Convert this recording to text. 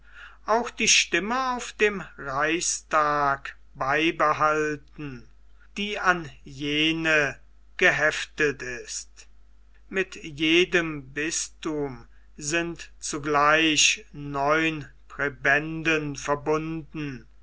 auch die stimme auf dem reichstag beibehalten die an jene geheftet ist mit jedem bisthum sind zugleich neun präbenden verbunden